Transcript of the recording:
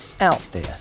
out-there